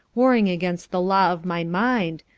warring against the law of my mind,